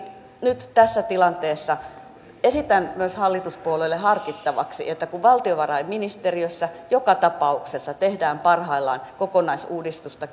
nyt tässä tilanteessa esitän myös hallituspuolueille harkittavaksi kun valtiovarainministeriössä joka tapauksessa tehdään parhaillaan kokonaisuudistusta